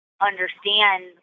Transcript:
understand